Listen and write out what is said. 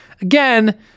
Again